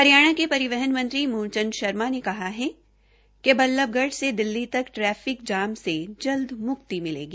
हरियाणा के परिवहन मंत्री मूलचंद शर्मा ने कहा कि बल्लभगढ से दिल्ली तक ट्रैफिक जाम से जल्द मुक्ति मिलेगी